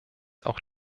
auch